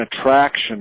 attraction